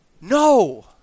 no